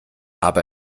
aber